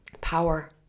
Power